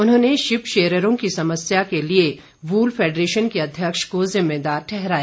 उन्होंने शिप शेयररों की समस्या के लिए वूल फैडरेशन के अध्यक्ष को जिम्मेदार ठहराया